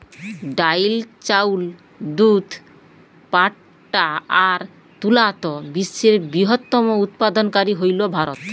ডাইল, চাউল, দুধ, পাটা আর তুলাত বিশ্বের বৃহত্তম উৎপাদনকারী হইল ভারত